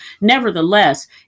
Nevertheless